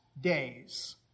days